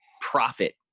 profit